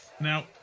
Now